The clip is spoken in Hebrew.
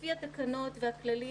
לפי התקנות והכללים,